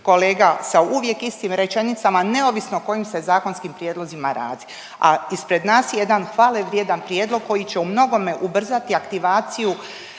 sa uvijek istim rečenicama, neovisno o kojim se zakonskim prijedlozima radi, a ispred nas je jedan hvale vrijedan prijedlog koji će u mnogome ubrzati aktivaciju